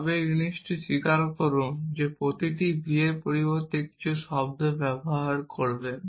তবে একই জিনিসটি স্বীকার করুন যে প্রতিটি v এর পরিবর্তে কিছু শব্দ ব্যবহার করবেন